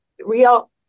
real